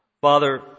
Father